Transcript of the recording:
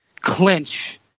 clinch